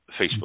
Facebook